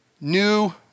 new